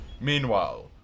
Meanwhile